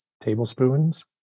tablespoons